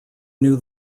knew